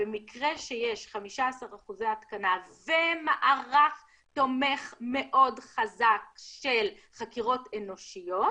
במקרה שיש 15% התקנה ומערך תומך מאוד חזק של חקירות אנושיות,